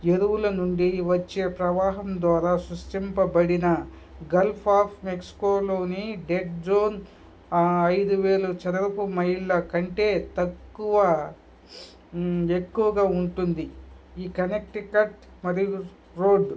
ఎరువుల నుండి వచ్చే ప్రవాహం ద్వారా సూచింపబడిన గల్ఫ్ ఆఫ్ మెక్సికోలోని డెడ్ డ్రోన్ ఐదు వేలు చదరపు మైళ్ళ కంటే తక్కువ ఎక్కువగా ఉంటుంది ఈ కనెక్టికట్ మరియు రోడ్డు